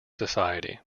society